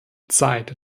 zeit